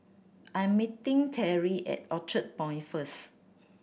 I'm meeting Teri at Orchard Point first